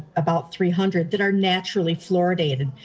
about three hundred that are naturally fluoridated.